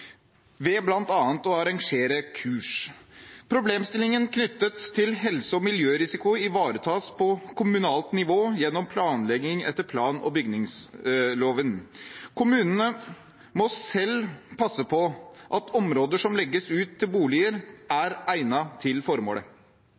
å arrangere kurs. Problemstillinger knyttet til helse- og miljørisiko ivaretas på kommunalt nivå gjennom planlegging etter plan- og bygningsloven. Kommunene må selv passe på at områder som legges ut til boliger,